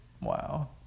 Wow